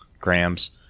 grams